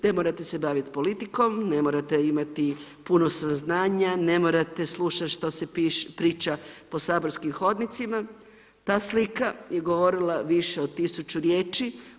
Ne morate se baviti politikom, ne morate imati puno saznanja, ne morate slušati što se priča po saborskim hodnicima, ta slika je govorila više od 1000 riječi.